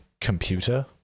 computer